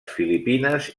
filipines